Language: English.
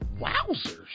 Wowzers